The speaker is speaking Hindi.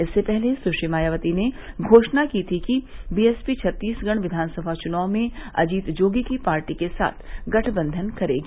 इससे पहले सुश्री मायावती ने घोषणा की थी कि बीएसपी छत्तीसगढ़ विधानसभा चुनाव में अजीत जोगी की पार्टी के साथ गठबंधन करेगी